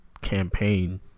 Campaign